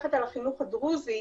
המפקחת על החינוך הדרוזי,